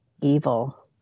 evil